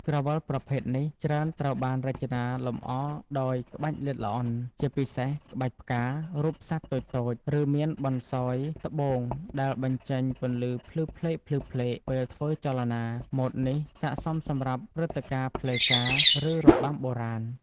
ក្រវិលប្រភេទនេះច្រើនត្រូវបានរចនាលម្អដោយក្បាច់ល្អិតល្អន់ ជាពិសេសក្បាច់ផ្កា រូបសត្វតូចៗ ឬមានបន្សោយត្បូងដែលបញ្ចេញពន្លឺភ្លឺផ្លេកៗពេលធ្វើចលនា ម៉ូដនេះស័ក្តិសមសម្រាប់ព្រឹត្តិការណ៍ផ្លូវការ ឬរបាំបុរាណ។